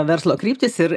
verslo kryptys ir